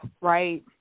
right